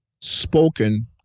spoken